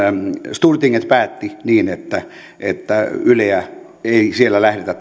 stortinget päätti niin että että nrkta ei siellä lähdetä